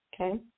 okay